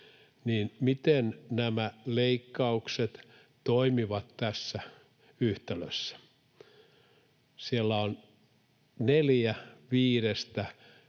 niin miten nämä leikkaukset toimivat tässä yhtälössä? Siellä on neljä viidestä,